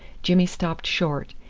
jimmy stopped short,